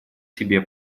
себе